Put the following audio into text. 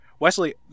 Wesley